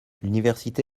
l’université